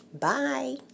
Bye